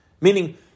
meaning